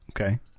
Okay